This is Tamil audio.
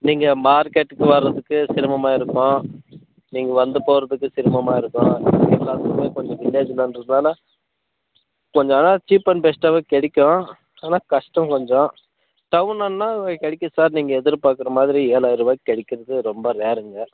நீங்கள் மார்க்கெட்டுக்கு வர்றதுக்கு சிரமமாக இருக்கும் நீங்கள் வந்துபோகிறதுக்கு சிரமமாக இருக்கும் எல்லாத்துக்கும் வில்லேஜ்லேருந்து தானே கொஞ்சம் ஆனால் சீப் அண்ட் பெஸ்டாகவே கிடைக்கும் ஆனால் கஷ்டம் கொஞ்சம் டவுனுன்னால் கிடைக்கும் சார் நீங்கள் எதிர்பார்க்குற மாதிரி ஏழாயிர ரூபாக்கு கிடைக்குறது ரொம்ப ரேர்ங்க